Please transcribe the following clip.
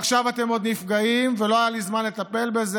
ועכשיו אתם עוד נפגעים ולא היה זמן לטפל בזה.